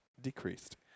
decreased